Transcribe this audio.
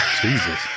Jesus